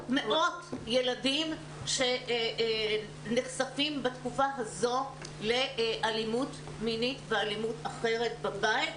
ילדים שנחשפים בתקופה הזאת לאלימות מינית ואלימות אחרת בבית,